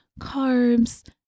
carbs